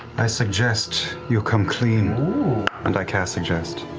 i suggest you come clean and i cast suggest.